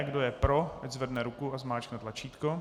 Kdo je pro, ať zvedne ruku a zmáčkne tlačítko.